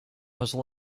hustle